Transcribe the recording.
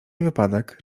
wypadek